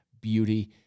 beauty